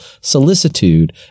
solicitude